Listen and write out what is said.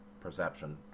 perception